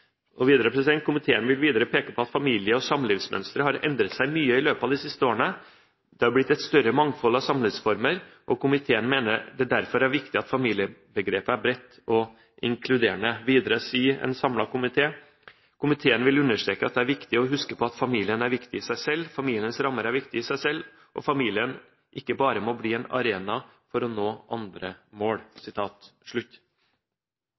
Videre står det: «Komiteen vil videre peke på at familie- og samlivsmønsteret har endret seg mye i løpet av de siste årene. Det har blitt et større mangfold av samlivsformer, og komiteen mener det derfor er viktig at familiebegrepet er bredt og inkluderende.» Videre sier en samlet komité: «Komiteen vil understreke at det er viktig å huske på at familien er viktig i seg selv, familiens rammer er viktige i seg selv, og at familien ikke bare må bli en arena for å nå andre mål.»